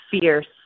fierce